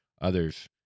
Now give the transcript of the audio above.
others